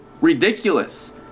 ridiculous